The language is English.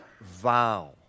vow